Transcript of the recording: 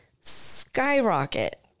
skyrocket